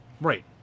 Right